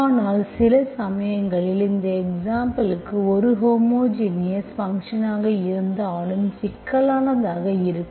ஆனால் சில சமயங்களில் இந்த எக்சாம்புல்க்கு ஒரு ஹோமோஜினியஸ் ஃபங்க்ஷன் ஆக இருந்தாலும் சிக்கலானதாக இருக்கும்